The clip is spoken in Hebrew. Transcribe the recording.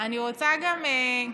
אני רוצה לדבר גם,